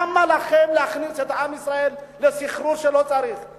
למה לכם להכניס את עם ישראל לסחרור שלא צריך אותו?